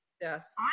Yes